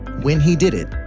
when he did it,